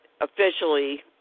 officially